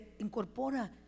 incorpora